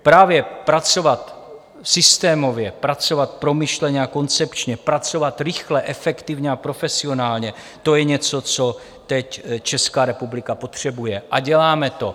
Právě pracovat systémově, pracovat promyšleně a koncepčně, pracovat rychle, efektivně a profesionálně, to je něco, co teď Česká republika potřebuje, a děláme to.